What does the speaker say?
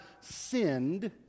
sinned